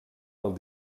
del